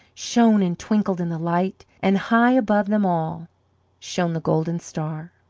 shone and twinkled in the light and high above them all shone the golden star.